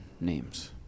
names